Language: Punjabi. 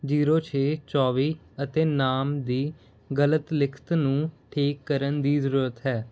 ਜ਼ੀਰੋ ਛੇ ਚੌਵੀ ਅਤੇ ਨਾਮ ਦੀ ਗਲਤ ਲਿਖਤ ਨੂੰ ਠੀਕ ਕਰਨ ਦੀ ਜ਼ਰੂਰਤ ਹੈ